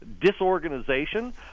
disorganization